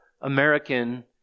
American